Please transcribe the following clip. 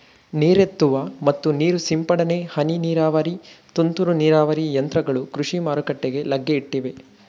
ನೀರೆತ್ತುವ ಮತ್ತು ನೀರು ಸಿಂಪಡನೆ, ಹನಿ ನೀರಾವರಿ, ತುಂತುರು ನೀರಾವರಿ ಯಂತ್ರಗಳು ಕೃಷಿ ಮಾರುಕಟ್ಟೆಗೆ ಲಗ್ಗೆ ಇಟ್ಟಿವೆ